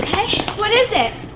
what is it?